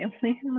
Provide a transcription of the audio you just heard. family